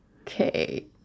Okay